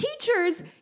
teachers